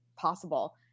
possible